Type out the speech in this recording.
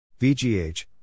VGH